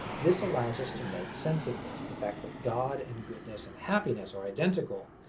this allows us to make sense of this the fact that god and goodness and happiness are identical,